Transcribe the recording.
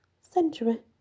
century